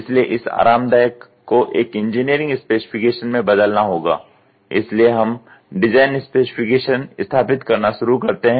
इसलिए इस आरामदायक को एक इंजीनियरिंग स्पेसिफिकेशन में बदलना होगा इसलिए हम डिज़ाइन स्पेसिफिकेशन स्थापित करना शुरू करते हैं